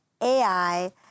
AI